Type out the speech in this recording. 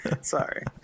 sorry